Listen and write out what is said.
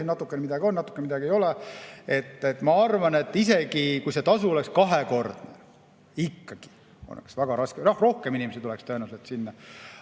natukene midagi on, natuke midagi ei ole. Ma arvan, et isegi kui see tasu oleks kahekordne, oleks ikkagi väga raske. Rohkem inimesi tuleks tõenäoliselt sinna,